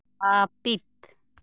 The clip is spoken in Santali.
ᱦᱟᱹᱯᱤᱫ